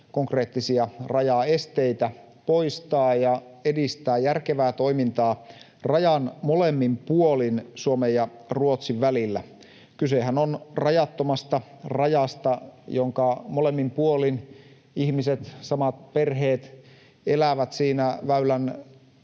konkreettisia rajaesteitä poistaa ja edistää järkevää toimintaa rajan molemmin puolin Suomen ja Ruotsin välillä. Kysehän on rajattomasta rajasta, jonka molemmin puolin ihmiset, samat perheet elävät siinä väylän